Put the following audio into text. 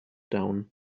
down